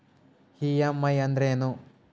EMI ಅಂದ್ರೇನು?